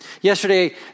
Yesterday